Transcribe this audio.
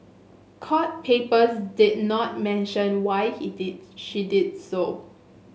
court papers did not mention why he did she did so